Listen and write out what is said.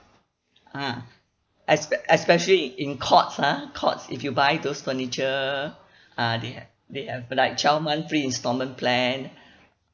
ah espe~ especially in in courts ah courts if you buy those furniture uh they have they have like twelve month free installment plan